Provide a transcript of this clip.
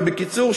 ובקיצור,